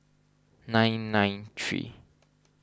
nine nine three